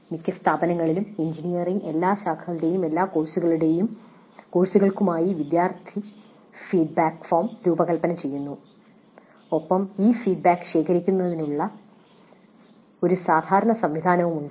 മിക്ക സ്ഥാപനങ്ങളും എഞ്ചിനീയറിംഗിന്റെ എല്ലാ ശാഖകളുടെയും എല്ലാ കോഴ്സുകൾക്കുമായി വിദ്യാർത്ഥികളുടെ ഒരു ഫീഡ്ബാക്ക് ഫോം രൂപകൽപ്പന ചെയ്യുന്നു ഒപ്പം ഈ ഫീഡ്ബാക്ക് ശേഖരിക്കുന്നതിനുള്ള ഒരു സാധാരണ സംവിധാനവുമുണ്ട്